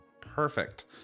Perfect